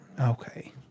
Okay